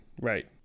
Right